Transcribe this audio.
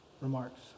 remarks